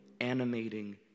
animating